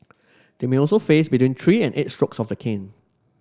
they may also face between three and eight strokes of the cane